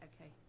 okay